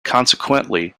consequently